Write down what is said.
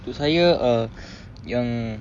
untuk saya uh yang